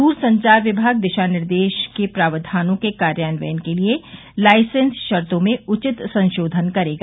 दूरसंचार विभाग दिशा निर्देश के प्रावधानों के कार्यान्वयन के लिए लाइसेंस शर्तों में उचित संशोधन करेगा